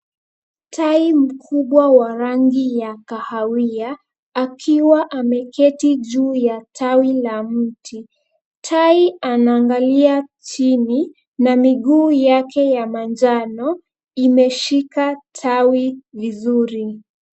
Tai mkubwa wa rangi ya kahawia, akiwa ameketi juu ya tawi la mti. Tai anaangalia chini na miguu yake ya manjano imeshika tawi vizuri.